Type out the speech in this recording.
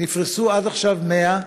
נפרסו עד עכשיו 100,